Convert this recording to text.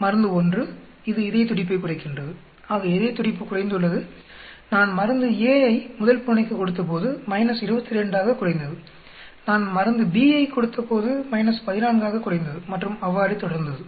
மருந்து 1 இது இதயத்துடிப்பை குறைக்கின்றது ஆக இதயத்துடிப்பு குறைந்துள்ளது நான் மருந்து A ஐ முதல் பூனைக்கு கொடுத்தபோது 22 ஆக குறைந்தது நான் மருந்து B ஐ கொடுத்தபோது 14 ஆக குறைந்தது மற்றும் அவ்வாறே தொடர்ந்தது